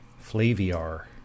Flaviar